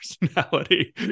personality